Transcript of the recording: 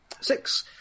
Six